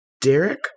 Derek